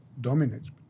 dominates